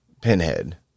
pinhead